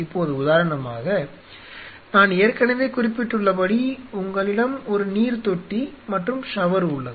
இப்போது உதாரணமாக நான் ஏற்கனவே குறிப்பிட்டுள்ளபடி உங்களிடம் ஒரு நீர்த்தொட்டி மற்றும் ஷவர் உள்ளது